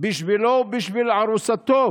בשבילו ובשביל ארוסתו,